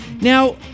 Now